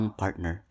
partner